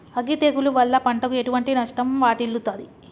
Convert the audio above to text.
అగ్గి తెగులు వల్ల పంటకు ఎటువంటి నష్టం వాటిల్లుతది?